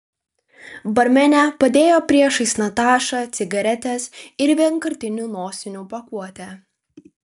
barmenė padėjo priešais natašą cigaretes ir vienkartinių nosinių pakuotę